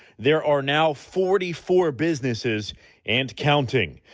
there are now forty four businesses and counting,